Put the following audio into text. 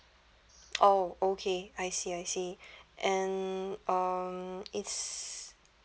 oh okay I see I see and um it's